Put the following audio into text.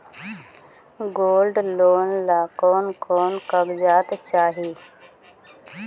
Gold loan ला कौन कौन कागजात चाही?